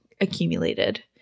accumulated